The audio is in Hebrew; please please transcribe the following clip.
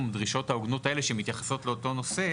דרישות ההוגנות האלה שמתייחסות באותו נושא